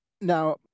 Now